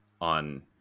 on